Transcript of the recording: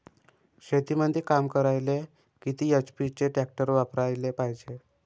शेतीमंदी काम करायले किती एच.पी चे ट्रॅक्टर वापरायले पायजे?